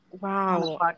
wow